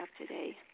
today